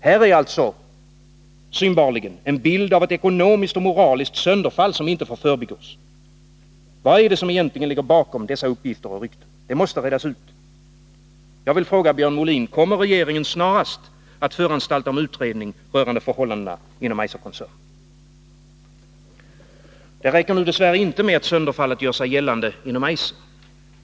Här är alltså en bild av ett ekonomiskt och moraliskt sönderfall, som inte får förbigås. Vad ligger bakom sådana uppgifter och rykten? Det måste redas ut. Jag vill fråga Björn Molin: Kommer regeringen snarast att föranstalta om utredning rörande förhållandena inom Eiserkoncernen? Men det räcker dess värre inte med att sönderfallet gör sig gällande inom Eiser.